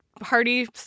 party